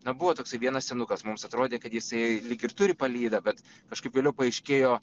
na buvo toksai vienas senukas mums atrodė kad jisai lyg ir turi palydą bet kažkaip vėliau paaiškėjo